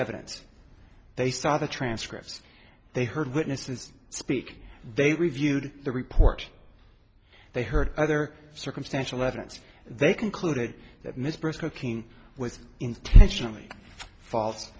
evidence they saw the transcripts they heard witnesses speak they reviewed the report they heard other circumstantial evidence they concluded that miss brooking was intentionally false